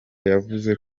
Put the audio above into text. yavuze